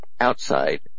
outside